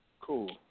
Cool